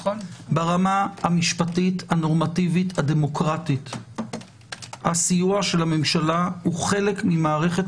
ברמה המשפטית הנורמטיבית הדמוקרטית הסיוע של הממשלה הוא חלק ממערכת